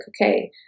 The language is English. okay